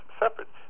separate